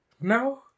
No